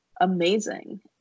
amazing